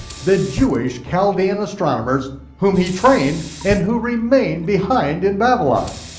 the jewish chaldean astronomers whom he trained and who remained behind in babylon.